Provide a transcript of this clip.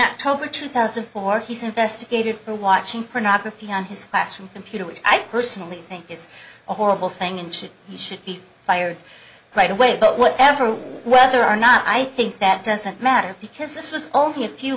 october two thousand and four he's investigated for watching pornography on his fast from computer which i personally think is a horrible thing and should be should be fired right away but whatever whether or not i think that doesn't matter because this was only a few